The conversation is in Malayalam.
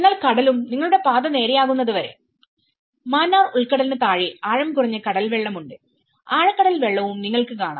എന്നാൽ കടലും നിങ്ങളുടെ പാത നേരെയാകുന്നത് വരെ മാന്നാർ ഉൾക്കടലിനു താഴെ ആഴം കുറഞ്ഞ കടൽ വെള്ളമുണ്ട് ആഴക്കടൽ വെള്ളവും നിങ്ങൾക്ക് കാണാം